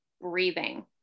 breathing